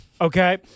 Okay